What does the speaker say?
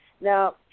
Now